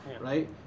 right